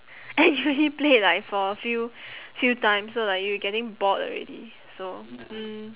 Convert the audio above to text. actually played like for a few few times so like you getting bored already so hmm